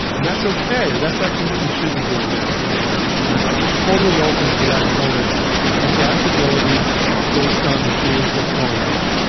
and that's okay. that's actually what you should be doing now as a leader. you should be totally open to that kind of adaptability based on the change that's going on.